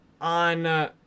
on